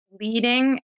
leading